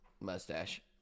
mustache